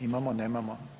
Imamo, nemamo?